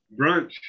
Brunch